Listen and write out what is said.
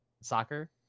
soccer